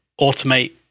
automate